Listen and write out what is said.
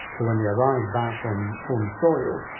so when they arrive back on home soil,